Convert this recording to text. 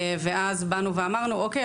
ואז באנו ואמרנו: אוקיי,